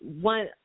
one